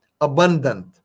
abundant